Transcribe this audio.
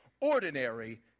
ordinary